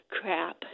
crap